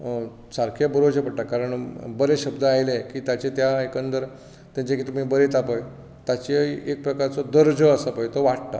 सारके बरोवचें पडटात कारण बरे शब्द आयले की ताच्या त्या एकंदर तें जें कितें तुमी बरयतात पळय ताचो एक प्रकारचो दर्जो आसा पळय तो वाडटा